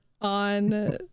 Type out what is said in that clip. on